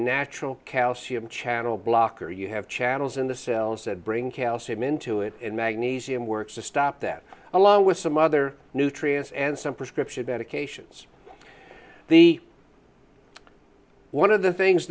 natural calcium channel blocker you have channels in the cells that bring calcium into it and magnesium works to stop that along with some other nutrients and some prescription medications the one of the things